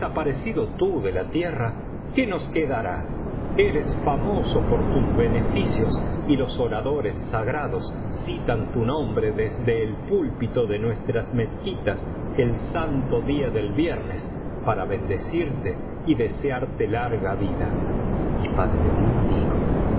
tú de la tierra qué nos quedará eres famoso por tus beneficios y los oradores sagrados citan tu nombre desde el pulpito de nuestras mezquitas el santo día del viernes para bendecirte y desearte larga vida y fadleddín dijo oh